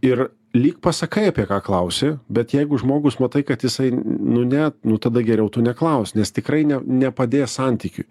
ir lyg pasakai apie ką klausi bet jeigu žmogus matai kad jisai nu ne nu tada geriau tu neklausk nes tikrai ne nepadės santykiui